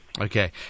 Okay